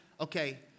okay